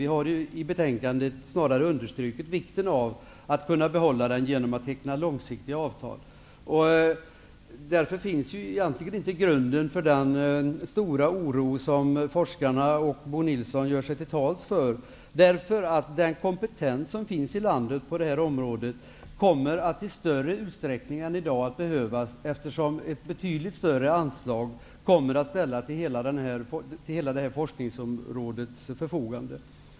Vi har ju i betänkandet snarare understrukit vikten av att den behålls, genom att långsiktiga avtal tecknas. Därför finns det egentligen inte någon grund för den stora oro som forskarna och Bo Nilsson görs sig till tals för. Den kompetens som finns i landet på det här området kommer ju i större utsträckning än i dag att behövas, eftersom ett betydligt större anslag kommer att ställas till hela det här forskningsområdets förfogande.